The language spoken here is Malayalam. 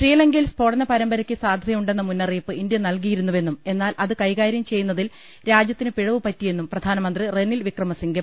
ശ്രീലങ്കയിൽ സ്ഫോടന പരമ്പരയ്ക്ക് സാധ്യതയുണ്ടെന്ന മുന്ന റിയിപ്പ് ഇന്ത്യ നൽകിയിരുന്നുവെന്നും എന്നാൽ അത് കൈകാര്യം ചെയ്യുന്നതിൽ രാജ്യത്തിന് പിഴവ് പറ്റിയെന്നും പ്രധാനമന്ത്രി റനിൽ വിക്രമസിംഗെ